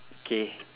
K